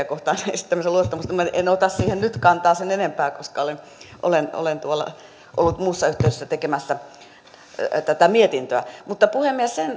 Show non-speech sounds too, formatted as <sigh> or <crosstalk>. <unintelligible> kohtaan esittämässänne luottamuksessa en ota siihen nyt kantaa sen enempää koska olen olen ollut muussa yhteydessä tekemässä tätä mietintöä mutta puhemies sen